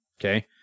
Okay